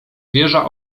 wieża